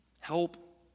help